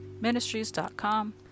ministries.com